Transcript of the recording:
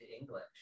English